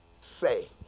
say